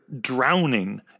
drowning